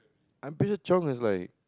I'm pretty sure chiong is like